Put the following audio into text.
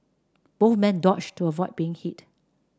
both men dodged to avoid being hit